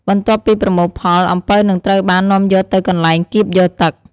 បន្ទាប់ពីប្រមូលផល អំពៅនឹងត្រូវបាននាំយកទៅកន្លែងកៀបយកទឹក។